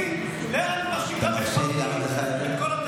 יושב-ראש הוועדה הממונה.